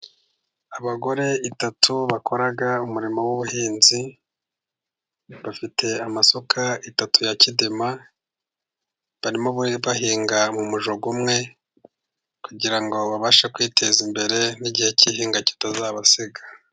Abagore batatu bakora umurimo w'ubuhinzi, bafite amasuka atatu ya kidima barimo bahinga mu mujyo umwe, kugira ngo babashe kwiteza imbere n'igihe cy'ihinga kitazabasiga.